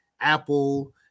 Apple